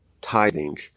tithing